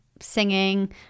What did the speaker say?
singing